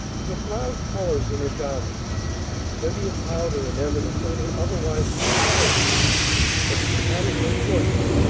with loud colors in her garments and plenty of powder in evidence on her otherwise pretty face but she had a good voice,